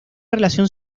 relación